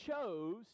chose